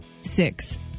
six